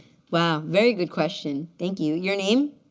wow, very good question. thank you. your name?